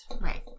Right